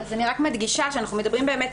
אז אני רק מדגישה שאנחנו מדברים על כך